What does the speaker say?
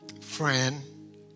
friend